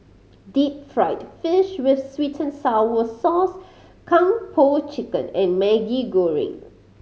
deep fried fish with sweet and sour sauce Kung Po Chicken and Maggi Goreng